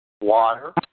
Water